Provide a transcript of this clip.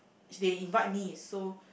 it's they invite me so